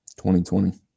2020